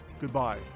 goodbye